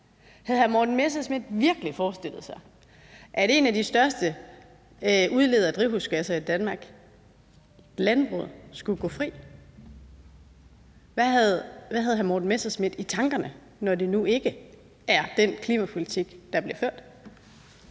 Havde hr. Morten Messerschmidt virkelig forestillet sig, at en af de største udledere af drivhusgasser i Danmark, landbruget, skulle gå fri? Hvad havde hr. Morten Messerschmidt i tankerne, når det nu ikke er den klimapolitik, der bliver ført?